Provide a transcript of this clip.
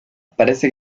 parece